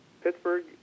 Pittsburgh